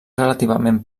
relativament